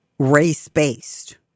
race-based